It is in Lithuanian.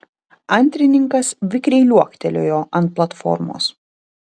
antrininkas vikriai liuoktelėjo ant platformos